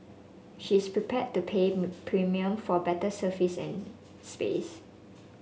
she is prepared to pay a premium for better service and space